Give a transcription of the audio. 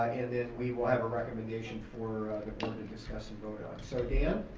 like and then we will have a recommendation for the board to discuss and vote on. so dan,